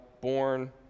born